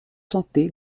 santé